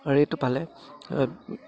এইটো পালে